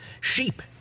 Sheep